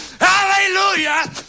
Hallelujah